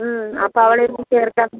അപ്പം അവളെയും കൂടി ചേർക്കാൻ